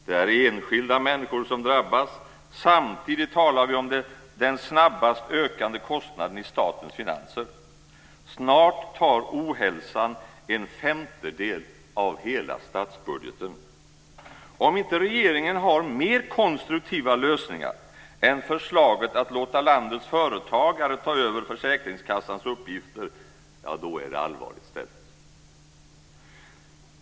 Det är enskilda människor som drabbas. Samtidigt talar vi om den snabbast ökande kostnaden i statens finanser. Snart tar ohälsan en femtedel av hela statsbudgeten. Om regeringen inte har mer konstruktiva lösningar än förslaget att låta landets företagare ta över försäkringskassans uppgifter, ja, då är det allvarligt ställt.